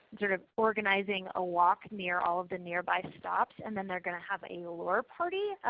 sort of organizing a walk near all of the nearby stops and then they are going to have a lure party.